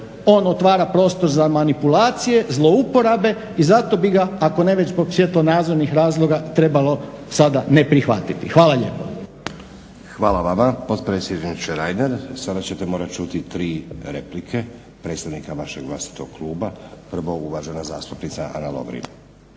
On otvara prostor za manipulacije, zlouporabe i zato bi ga, ako ne već zbog svjetonazornih razloga, trebalo sada ne prihvatiti. Hvala lijepo. **Stazić, Nenad (SDP)** Hvala vam potpredsjedniče Reiner. Sada ćete morat čuti tri replike predstavnika vašeg vlastitog kluba. Prvo uvažena zastupnica Ana Lovrin.